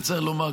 צריך לומר,